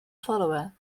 follower